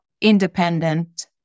independent